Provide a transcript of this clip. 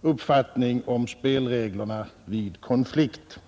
uppfattning om spelreglerna vid en konflikt.